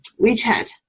WeChat